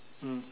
mm